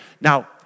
Now